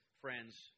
friends